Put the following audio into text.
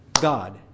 God